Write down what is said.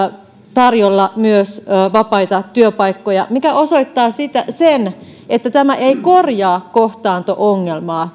tarjolla myös vapaita työpaikkoja mikä osoittaa sen että tämä laki ei korjaa kohtaanto ongelmaa